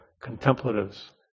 contemplatives